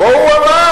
פה הוא עמד,